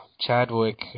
Chadwick